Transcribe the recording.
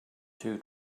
two